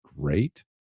great